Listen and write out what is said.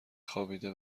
خوابیده